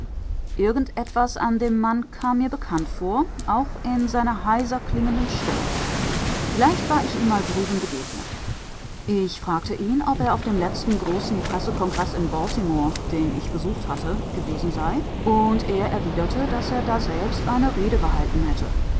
irgend etwas an dem mann kam mir bekannt vor auch in seiner heiser klingenden stimme vielleicht war ich ihm mal drüben begegnet ich fragte ihn ob er auf dem letzten großen pressekongreß in baltimore den ich besucht hatte gewesen sei und er erwiderte daß er daselbst eine rede gehalten hätte